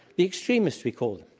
the extremists, we call